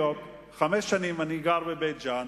חמש שנים אני גר בבית-ג'ן,